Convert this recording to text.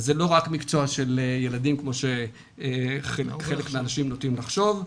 אז זה לא רק מקצוע של ילדים כמו שחלק מהאנשים נוטים לחשוב.